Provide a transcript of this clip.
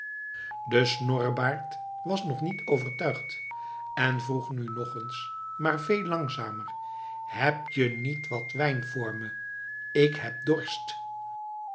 de snorrebaard was nog niet overtuigd en vroeg nu nog eens maar veel langzamer heb je niet wat wijn voor me ik heb dorst